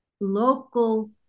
local